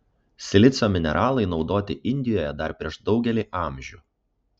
silicio mineralai naudoti indijoje dar prieš daugelį amžių